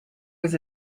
was